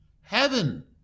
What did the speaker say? heaven